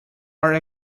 are